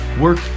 work